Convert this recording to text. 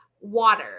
water